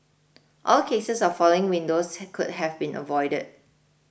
all cases of falling windows could have been avoided